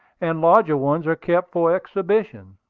and larger ones are kept for exhibition.